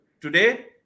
Today